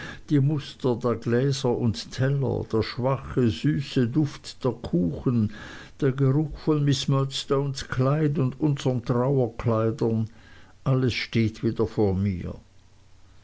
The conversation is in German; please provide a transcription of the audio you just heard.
die muster der gläser und teller der schwache süße duft der kuchen der geruch von miß murdstones anzug und unsern trauerkleidern alles steht wieder vor mir